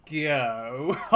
go